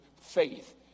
faith